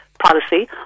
policy